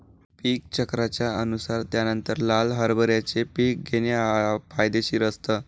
पीक चक्राच्या अनुसार त्यानंतर लाल हरभऱ्याचे पीक घेणे फायदेशीर असतं